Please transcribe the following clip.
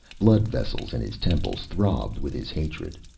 blood vessels in his temples throbbed with his hatred.